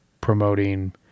promoting